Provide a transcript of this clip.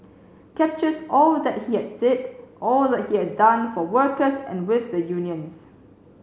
captures all that he had said all that he has done for workers and with the unions